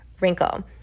wrinkle